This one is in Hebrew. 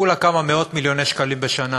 כולה כמה מאות מיליוני שקלים בשנה,